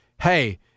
hey